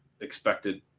expected